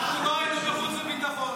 אנחנו לא היינו בחוץ וביטחון.